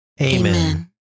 Amen